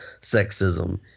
sexism